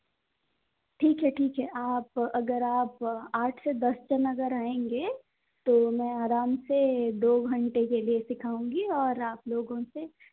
ठीक है ठीक है आप अगर आप आठ से दस जन अगर आएंगे तो मैं आराम से दो घंटे के लिए सिखाऊंगी और आप लोगों से